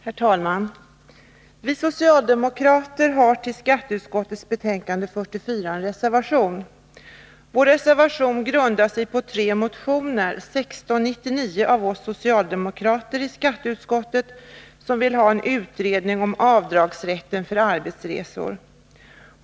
Herr talman! Vi socialdemokrater har till skatteutskottets betänkande 44 avgivit en reservation, som grundar sig på tre motioner. I motion 1699 begär vi socialdemokrater i skatteutskottet en utredning om avdragsrätten för arbetsresor.